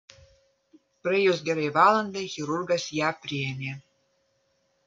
praėjus gerai valandai chirurgas ją priėmė